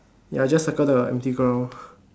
ya just circle the empty go round